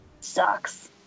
sucks